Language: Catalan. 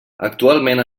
actualment